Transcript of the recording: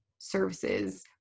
services